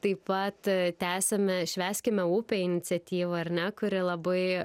taip pat tęsiame švęskime upę iniciatyvą ar ne kuri labai